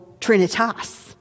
Trinitas